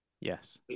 Yes